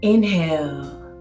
Inhale